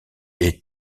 est